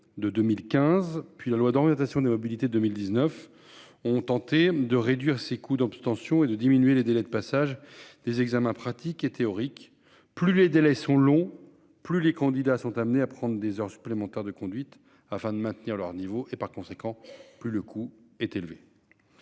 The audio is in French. du 24 décembre 2019 d'orientation des mobilités ont tenté de réduire les coûts d'obtention et de diminuer les délais de passage des examens pratiques et théoriques. Plus ces délais sont longs, plus les candidats sont amenés à prendre des heures supplémentaires de conduite pour maintenir leur niveau, et, au final, plus le coût est élevé.